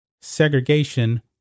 Segregation